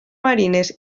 marines